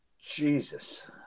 Jesus